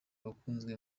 wakunzwe